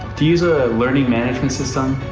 do you use a learning management system?